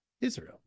Israel